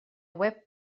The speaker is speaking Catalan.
web